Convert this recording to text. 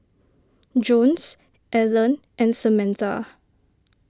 Jones Alan and Samatha